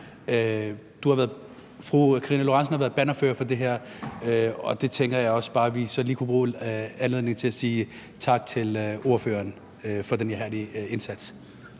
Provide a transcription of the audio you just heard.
Fru Karina Lorentzen Dehnhardt har været bannerfører for det her, og der tænkte jeg bare, at vi lige kunne bruge anledningen til at sige tak til ordføreren for den ihærdige indsats.